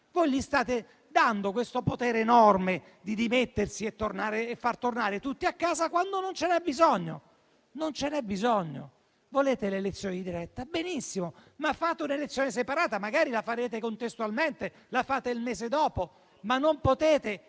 Voi gli state dando questo potere enorme di dimettersi e di far tornare tutti a casa quando non ce n'è bisogno. Volete l'elezione diretta? Benissimo, ma prevedete un'elezione separata, magari la terrete contestualmente o il mese dopo, ma non potete